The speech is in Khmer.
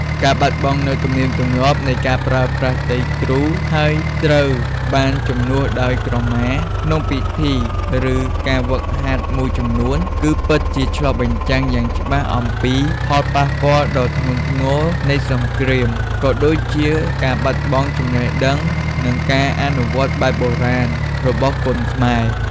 ការបាត់បង់នូវ ទំនៀមទម្លាប់នៃការប្រើប្រាស់ ទៃគ្រូ ហើយត្រូវបានជំនួសដោយ ក្រមា ក្នុងពិធី ឬការហ្វឹកហាត់មួយចំនួន គឺពិតជាឆ្លុះបញ្ចាំងយ៉ាងច្បាស់អំពី ផលប៉ះពាល់ដ៏ធ្ងន់ធ្ងរនៃសង្គ្រាម ក៏ដូចជា ការបាត់បង់ចំណេះដឹង និងការអនុវត្តបែបបុរាណ របស់គុនខ្មែរ។